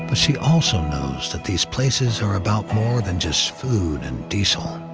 but she also knows that these places are about more than just food and diesel.